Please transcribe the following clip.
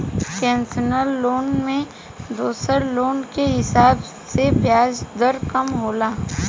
concessional loan में दोसर loan के हिसाब से ब्याज दर कम होला